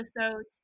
episodes